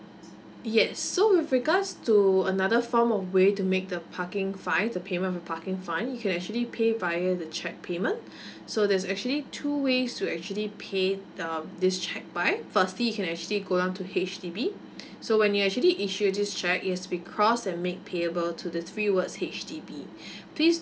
yes so with regards to another form of way to make the parking fine the payment of parking fine you can actually pay via the cheque payment so there's actually two ways to actually pay um this cheque by firstly you can actually go down to H_D_B so when you actually issue this cheque it has to be crossed and make payable to the three words H_D_B please